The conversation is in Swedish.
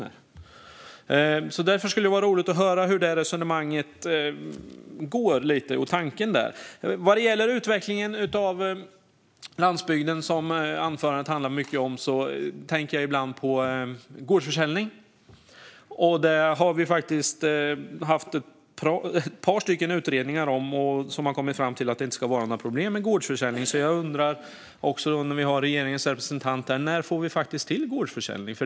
Det skulle därför vara roligt att höra resonemanget och tankarna om det. Vad gäller utvecklingen av landsbygden, som anförandet handlade mycket om, tänker jag ibland på gårdsförsäljning. Ett par utredningar har kommit fram till att gårdsförsäljning inte ska vara något problem. Nu när vi har regeringens representant här undrar jag när vi ska få till gårdsförsäljning.